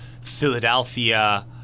Philadelphia